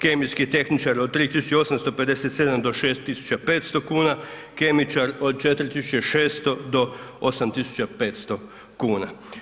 Kemijski tehničar od 3857 do 6500 kn, kemičar od 4600 do 8500 kn.